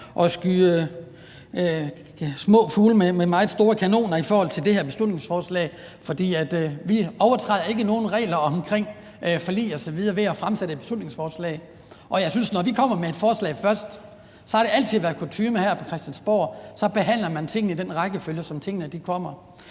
at skyde små fugle med meget store kanoner i forhold til det her beslutningsforslag. For vi overtræder ikke nogen regler om forlig osv. ved at fremsætte et beslutningsforslag. Og jeg mener, at vi er kommet med et forslag først, og det har altid været kutyme her på Christiansborg, at man behandler tingene i den rækkefølge, som tingene kommer.